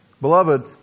Beloved